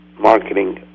marketing